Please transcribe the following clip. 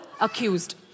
accused